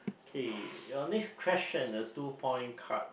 okay your next question a two point card